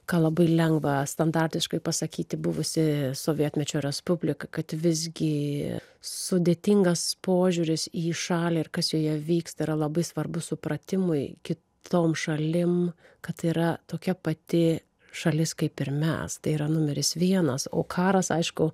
ką labai lengva standartiškai pasakyti buvusi sovietmečio respublika kad visgi sudėtingas požiūris į šalį ir kas joje vyksta yra labai svarbu supratimui kitom šalim kad tai yra tokia pati šalis kaip ir mes tai yra numeris vienas o karas aišku